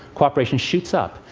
cooperation shoots up.